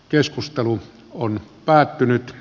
keskustelu on päättynyt